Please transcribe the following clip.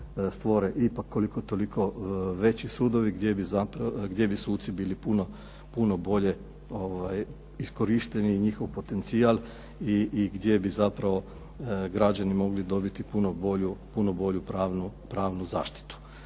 stvore ipak, koliko toliko veći sudovi gdje bi suci bili puno bolje iskorišteni i njihov potencijal, i gdje bi zapravo građani mogli dobiti puno bolju pravnu zaštitu.